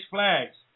Flags